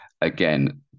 Again